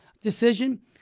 decision